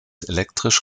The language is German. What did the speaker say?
elektrisch